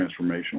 transformational